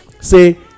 say